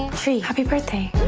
tree, happy birthday! you